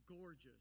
gorgeous